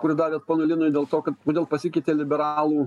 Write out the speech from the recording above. kurį davėt ponui linui dėl to kad kodėl pasikeitė liberalų